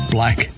Black